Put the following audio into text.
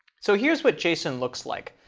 so here's what json looks like.